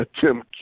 Tim